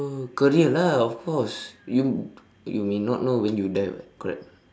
career lah of course you you may not know when you die [what] correct